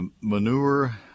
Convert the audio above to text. manure